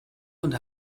und